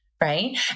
Right